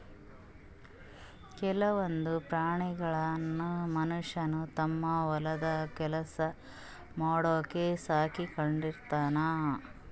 ಕೆಲವೊಂದ್ ಪ್ರಾಣಿಗಳನ್ನ್ ಮನಷ್ಯ ತಮ್ಮ್ ಹೊಲದ್ ಕೆಲ್ಸ ಮಾಡಕ್ಕ್ ಸಾಕೊಂಡಿರ್ತಾನ್